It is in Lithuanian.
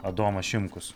adomas šimkus